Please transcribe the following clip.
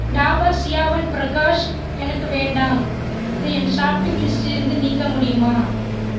டாபர் சியாவன்பிரஷ் எனக்கு வேண்டாம் அதை என் ஷாப்பிங் லிஸ்டிலிருந்து நீக்க முடியுமா